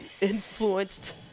influenced